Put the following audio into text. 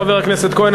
חבר הכנסת כהן,